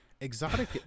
Exotic